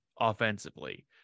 offensively